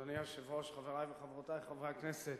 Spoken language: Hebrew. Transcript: אדוני היושב-ראש, חברי וחברותי חברי הכנסת,